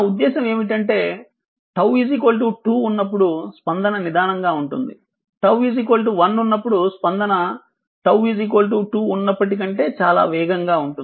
నా ఉద్దేశ్యం ఏమిటంటే 𝜏 2 ఉన్నప్పుడు స్పందన నిదానంగా ఉంటుంది 𝜏 1 ఉన్నప్పుడు స్పందన T 2 ఉన్నప్పటికంటే చాలా వేగంగా ఉంటుంది